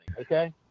okay